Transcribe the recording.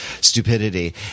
stupidity